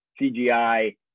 cgi